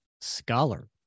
scholar